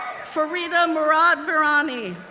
farida murad virani,